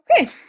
Okay